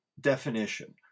definition